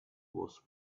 was